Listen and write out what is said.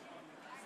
בעד,